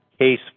case